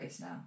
now